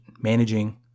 managing